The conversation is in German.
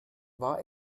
war